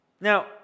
Now